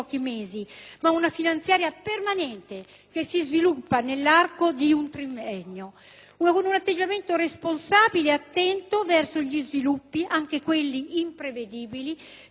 che si sviluppa nell'arco di un triennio. Questo è un atteggiamento responsabile ed attento verso gli sviluppi, anche quelli imprevedibili, che possono verificarsi nei prossimi mesi.